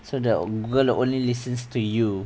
so the google only listens to you